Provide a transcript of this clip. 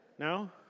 No